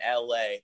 LA